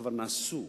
כבר נעשו.